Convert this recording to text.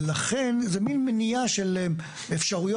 ולכן זה מן מניעה של אפשרויות.